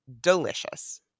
delicious